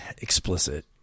Explicit